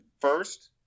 first